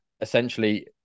Essentially